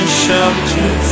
shelter